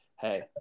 Hey